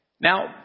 Now